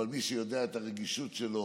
אבל מי שמכיר את הרגישות שלו